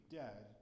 dead